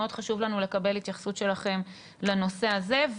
מאוד חשוב לנו לקבל התייחסות שלכם לנושא הזה.